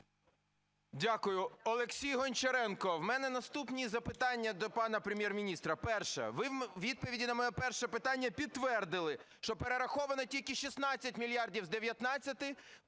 Дякую. Олексій Гончаренко. У мене наступні запитання до пана Прем'єр-міністра. Перше. Ви відповіддю на моє перше питання підтвердили, що перераховано тільки 16 мільярдів з 19-ти.